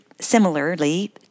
similarly